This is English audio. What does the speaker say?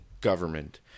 government